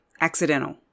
accidental